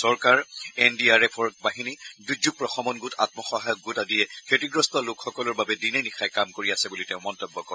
চৰকাৰ N D R এফৰ বাহিনী দুৰ্যোগ প্ৰশমন গোট আঘসহায়ক গোট আদিয়ে ক্ষতিগ্ৰস্ত লোকসকলৰ বাবে দিনে নিশাই কাম কৰি আছে বুলি তেওঁ মন্তব্য কৰে